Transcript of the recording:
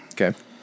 Okay